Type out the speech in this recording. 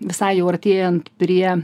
visai jau artėjant prie